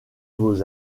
vos